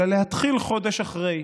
אלא להתחיל חודש אחרי.